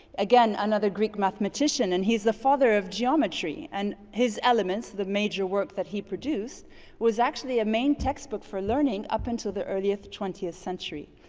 again, another greek mathematician, and he's the father of geometry. and his elements, the major work that he produced was actually a main textbook for learning up into the earliest, the twentieth century.